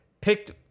Picked